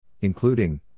including